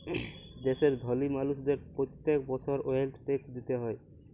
দ্যাশের ধলি মালুসদের প্যত্তেক বসর ওয়েলথ ট্যাক্স দিতে হ্যয়